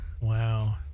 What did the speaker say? Wow